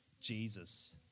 Jesus